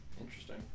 Interesting